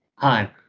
Hi